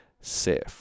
safe